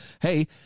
hey